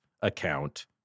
account